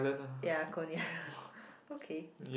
ya Konia okay